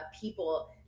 people